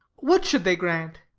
what should they grant?